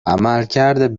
عملکرد